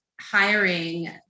Hiring